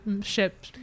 ship